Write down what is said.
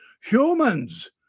Humans